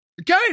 okay